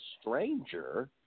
stranger